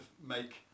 make